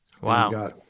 Wow